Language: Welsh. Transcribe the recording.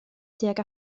tuag